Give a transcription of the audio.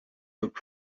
look